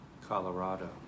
Colorado